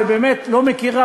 ובאמת לא רק מכיר,